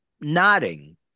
nodding